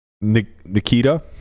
Nikita